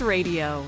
Radio